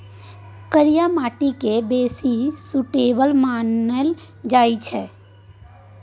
करिया माटि केँ बेसी सुटेबल मानल जाइ छै